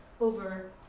over